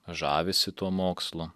žavisi tuo mokslu